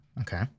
okay